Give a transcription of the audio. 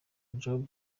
job